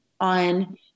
on